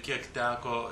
kiek teko